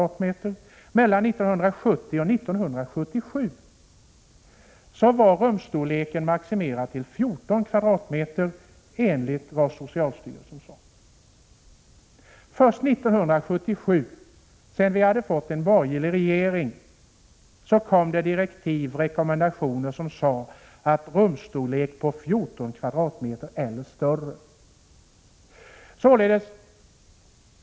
och mellan 1970 och 1977 var motsvarande siffra 14 m?. Det var då enligt socialstyrelsens rekommendationer. Först 1977 — efter det att vi hade fått en borgerlig regering — kom direktiv med rekommendationer om att rummen skulle vara 14 m? eller större.